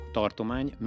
tartomány